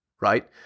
right